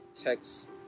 text